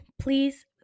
Please